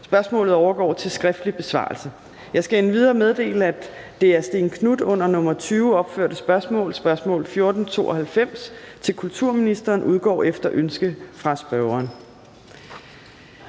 Spørgsmålet overgår til skriftlig besvarelse. Jeg skal endvidere meddele, at det af hr. Stén Knuth under nr. 20 opførte spørgsmål, spørgsmål nr. 1492, til kulturministeren udgår efter ønske fra spørgeren.